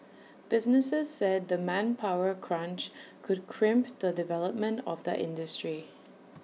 businesses said the manpower crunch could crimp the development of the industry